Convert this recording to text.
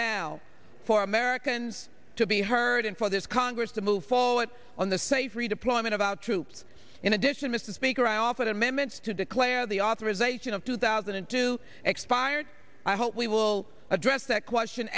now for americans to be heard and for this congress to move forward on the safe redeployment of our troops in addition mr speaker i offered amendments to declare the authorization of two thousand and two expired i hope we will address that question